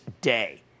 day